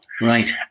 Right